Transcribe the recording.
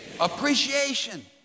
Appreciation